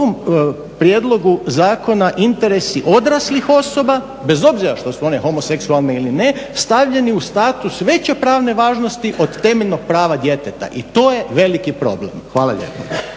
u ovom prijedlogu zakona interesi odraslih osoba bez obzira što su one homoseksualne ili ne stavljeni u status veće pravne važnosti od temeljnog prava djeteta i to je veliki problem. Hvala lijepa.